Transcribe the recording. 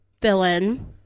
villain